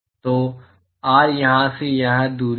तो R यहाँ यह दूरी है